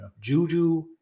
Juju